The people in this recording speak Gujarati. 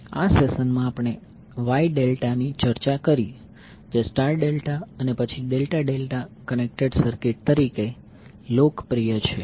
આ સેશનમાં આપણે વાય ડેલ્ટા ની ચર્ચા કરી જે સ્ટાર ડેલ્ટા અને પછી ડેલ્ટા ડેલ્ટા કનેક્ટેડ સર્કિટ તરીકે લોકપ્રિય છે